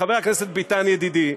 חבר הכנסת ביטן ידידי,